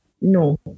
no